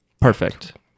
Perfect